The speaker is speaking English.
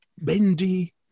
Bendy